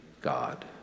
God